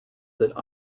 that